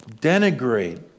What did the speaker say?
denigrate